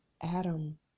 Adam